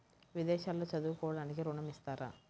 విదేశాల్లో చదువుకోవడానికి ఋణం ఇస్తారా?